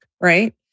right